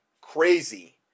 crazy